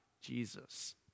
Jesus